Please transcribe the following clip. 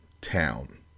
town